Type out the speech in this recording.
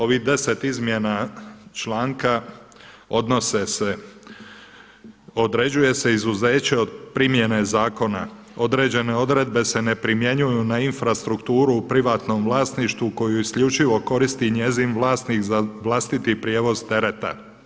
Ovih deset izmjena članka odnose se, određuje se izuzeće od primjene zakona određene odredbe se ne primjenjuju na infrastrukturu u privatnom vlasništvu koju isključivo koristi njezin vlasnik za vlastiti prijevoz tereta.